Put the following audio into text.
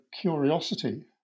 curiosity